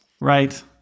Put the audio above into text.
Right